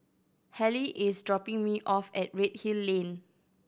Halle is dropping me off at Redhill Lane